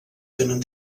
tenen